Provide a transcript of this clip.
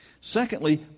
Secondly